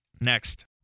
next